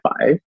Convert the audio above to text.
five